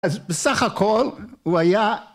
בסך הכל, הוא היה...